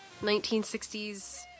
1960s